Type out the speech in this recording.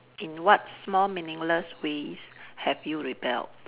in what small meaningless ways have you rebelled